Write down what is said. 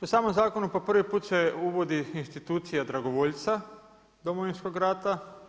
U samom zakonu po prvi put se uvodi institucija dragovoljca Domovinskog rata.